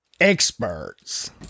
experts